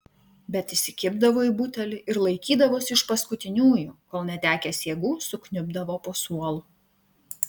bet įsikibdavo į butelį ir laikydavosi iš paskutiniųjų kol netekęs jėgų sukniubdavo po suolu